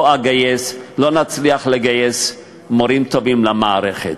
לא אגייס, לא נצליח לגייס מורים טובים למערכת,